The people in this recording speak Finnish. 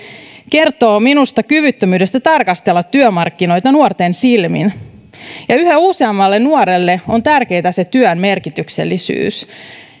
kertoo minusta kyvyttömyydestä tarkastella työmarkkinoita nuorten silmin yhä useammalle nuorelle on tärkeätä se työn merkityksellisyys